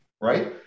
right